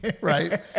right